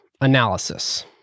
Analysis